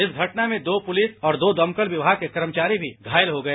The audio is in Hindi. इस घटना में दो पुलिस और दो दमकल विभाग के कर्मचारी भी घायल हो गए